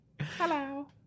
Hello